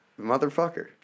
motherfucker